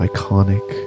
Iconic